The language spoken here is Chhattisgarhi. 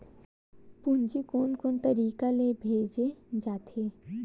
पूंजी कोन कोन तरीका ले भेजे जाथे?